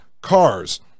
cars